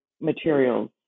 materials